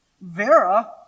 Vera